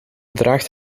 draagt